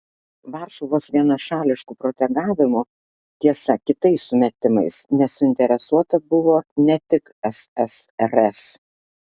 varšuvos vienašališku protegavimu tiesa kitais sumetimais nesuinteresuota buvo ne tik ssrs